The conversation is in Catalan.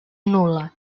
nul·la